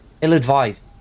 ill-advised